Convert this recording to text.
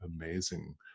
amazing